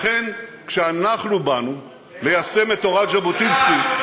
לכן, כשאנחנו באנו ליישם את תורת ז'בוטינסקי,